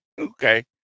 Okay